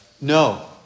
No